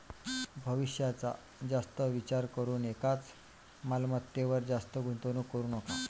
भविष्याचा जास्त विचार करून एकाच मालमत्तेवर जास्त गुंतवणूक करू नका